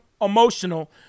emotional